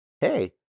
hey